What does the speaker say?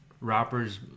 rappers